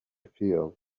feel